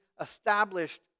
established